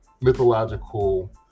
mythological